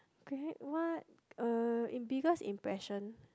create what uh in biggest impression